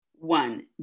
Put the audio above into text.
One